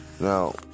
Now